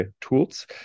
tools